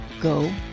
go